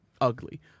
ugly